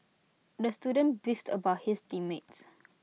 the student beefed about his team mates